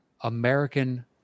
American